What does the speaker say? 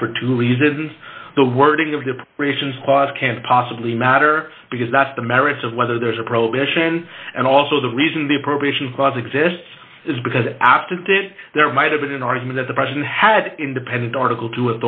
up for two reasons the wording of the appropriations clause can't possibly matter because that's the merits of whether there's a prohibition and also the reason the appropriation clause exists is because after that there might have been an argument that the president had independent article